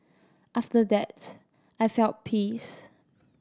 after that I felt peace